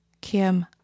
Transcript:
Kim